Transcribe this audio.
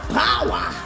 power